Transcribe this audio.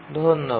ধন্যবাদ